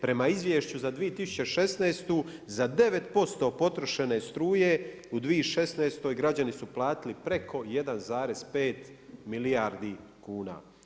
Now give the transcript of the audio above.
Prema izvješću za 2016. za 9% potrošene struje u 2016. građani su platili preko 1,5 milijardi kuna.